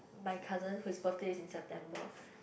my cousin whose birthday is in September